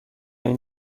این